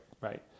right